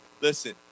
Listen